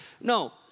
No